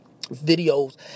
videos